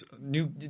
New